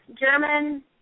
German